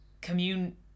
commune